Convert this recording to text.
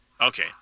okay